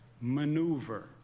maneuver